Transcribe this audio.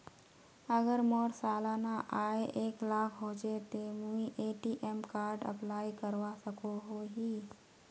अगर मोर सालाना आय एक लाख होचे ते मुई ए.टी.एम कार्ड अप्लाई करवा सकोहो ही?